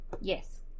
Yes